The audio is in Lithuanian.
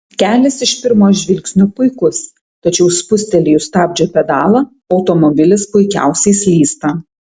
kelias iš pirmo žvilgsnio puikus tačiau spustelėjus stabdžio pedalą automobilis puikiausiai slysta